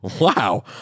Wow